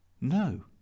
no